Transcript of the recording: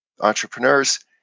entrepreneurs